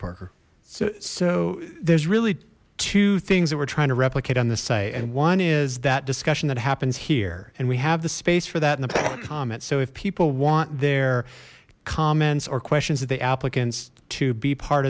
parker so there's really two things that we're trying to replicate on the site and one is that discussion that happens here and we have the space for that in the public comments so if people want their comments or questions that the applicants to be part